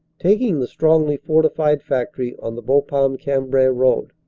taking the strongly-fortified factory on the bapaunle-cambrai road.